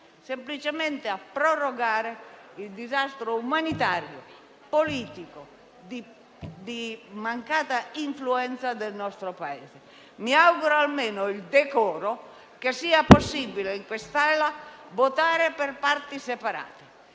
semplicemente a prorogare il disastro umanitario, politico, di mancata influenza del nostro Paese. Mi auguro almeno, per decoro, che sia possibile in quest'Aula votare per parti separate.